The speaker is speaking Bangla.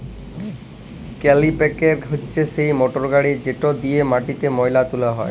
কাল্টিপ্যাকের হছে সেই মটরগড়ি যেট দিঁয়ে মাটিতে ময়লা তুলা হ্যয়